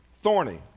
thorny